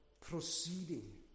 proceeding